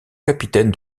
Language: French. capitaine